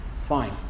Fine